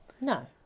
no